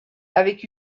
avec